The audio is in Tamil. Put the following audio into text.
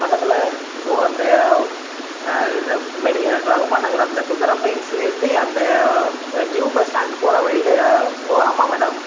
பக்கத்தில் ஓ அந்த அது மெடி ரகுமான் நகர் அந்த சுந்தரம் பைன்ஸ்லேருந்து அந்த ப நியூ பஸ்ஸ்டாண்டு போகற வழியில் ஓ ஆமாம் மேடம்